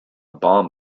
bomb